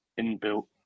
inbuilt